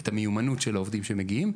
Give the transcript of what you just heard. המיומנות של העובדים שמגיעים.